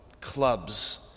Clubs